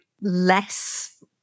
less